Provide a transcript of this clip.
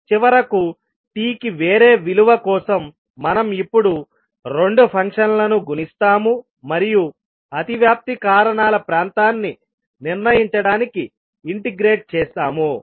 చివరకు t కి వేరే విలువ కోసం మనం ఇప్పుడు రెండు ఫంక్షన్లను గుణిస్తాము మరియు అతివ్యాప్తి కారణాల ప్రాంతాన్ని నిర్ణయించడానికి ఇంటెగ్రేటె చేస్తాము